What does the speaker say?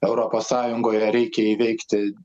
europos sąjungoje reikia įveikti